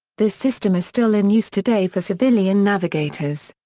this system is still in use today for civilian navigators.